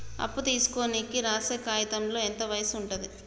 అప్పు తీసుకోనికి రాసే కాయితంలో ఎంత వయసు ఉంటది?